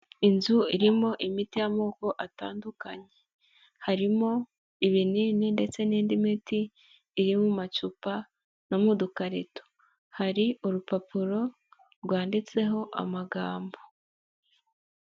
Inzu irimo imiti y'amoko atandukanye, harimo ibinini ndetse n'indi miti iri mu macupa no mu dukarito, hari urupapuro rwanditseho amagambo.